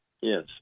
yes